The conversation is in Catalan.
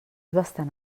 bastant